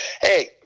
hey